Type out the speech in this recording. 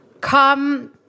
come